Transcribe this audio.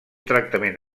tractament